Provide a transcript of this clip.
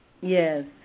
Yes